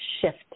shift